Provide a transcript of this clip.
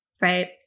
Right